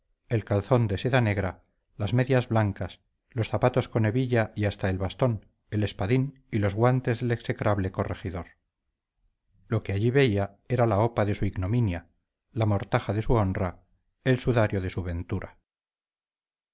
el calzón de seda negra las medias blancas los zapatos con hebilla y hasta el bastón el espadín y los guantes del execrable corregidor lo que allí veía era la ropa de su ignominia la mortaja de su honra el sudario de su ventura